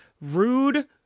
rude